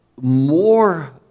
more